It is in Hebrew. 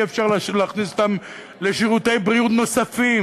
אי-אפשר להכניס אותן לשירותי בריאות נוספים.